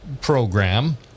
program